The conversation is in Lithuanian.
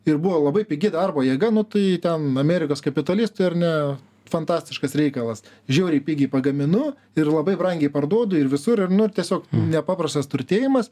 ir buvo labai pigi darbo jėga nu tai ten amerikos kapitalistui ar ne fantastiškas reikalas žiauriai pigiai pagaminu ir labai brangiai parduodu ir visur ir nu tiesiog nepaprastas turtėjimas